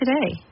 today